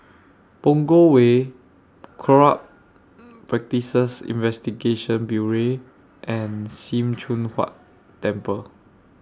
Punggol Way Corrupt Practices Investigation Bureau and SIM Choon Huat Temple